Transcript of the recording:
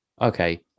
okay